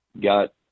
got